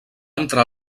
entrar